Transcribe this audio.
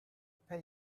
pay